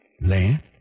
Land